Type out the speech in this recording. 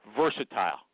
versatile